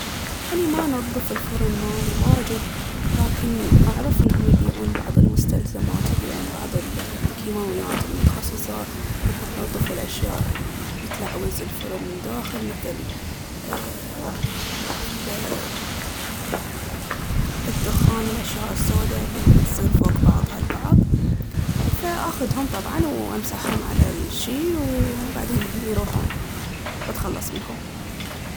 أني ما أنظف الفرن مالي واجد لكم اعرف انهم يبيعون بعض المستلزمات يبيعون بعض الكيماويات المتخصصة انها تنظف الأشياء التلعوز الفرن من داخل مثل الدخان والأشياء السودة اللي تصير فوق بعضها البعض فآخذهم طبعاً وأمسحهم على الشي وبعدين يروحون وأتخلص منهم